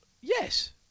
Yes